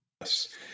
Yes